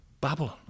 Babylon